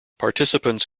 participants